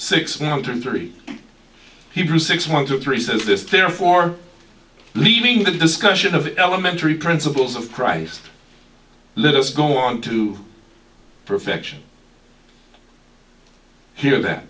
six hundred three hebrew six one two three says this terror for leaving the discussion of elementary principles of christ let us go on to perfection here th